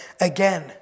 again